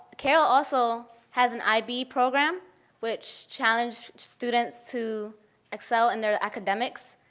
carroll also has an ib program which challenges students to excel in their academics.